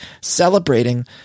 celebrating